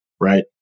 right